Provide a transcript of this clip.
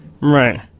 Right